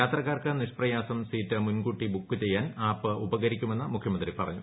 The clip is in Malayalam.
യാത്രക്കാർക്ക് നിഷ്പ്രയാസം സീറ്റ് മുൻകൂട്ടി ബുക്ക് ചെയ്യാൻ ആപ്പ് ഉപകരിക്കുമെന്ന് മുഖ്യമന്ത്രി പറഞ്ഞു